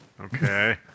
Okay